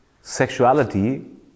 Sexuality